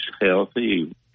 healthy